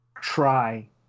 try